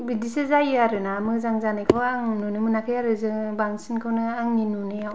बिदिसो जायो आरो ना मोजां जानायखौ आं नुनो मोनाखै जों बांसिनखौनो आंनि नुनायाव